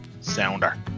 sounder